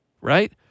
right